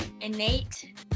innate